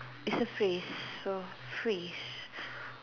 it's a phrase so phrase